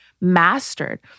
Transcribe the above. mastered